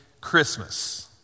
Christmas